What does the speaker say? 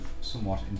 somewhat